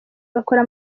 bakora